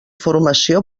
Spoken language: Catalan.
formació